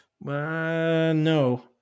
No